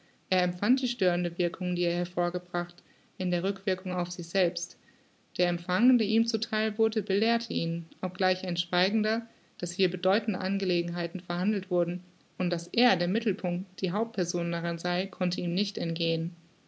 er empfand die störende wirkung die er hervorgebracht in der rückwirkung auf sich selbst der empfang der ihm zu theil wurde belehrte ihn obgleich ein schweigender daß hier bedeutende angelegenheiten verhandelt wurden und daß er der mittelpunct die hauptperson darin sei konnte ihm nicht entgehen